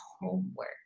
homework